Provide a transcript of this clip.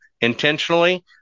intentionally